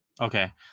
Okay